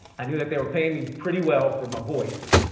i knew that they were paying me pretty well for my voice.